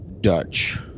Dutch